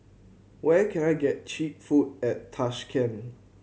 where can I get cheap food at Tashkent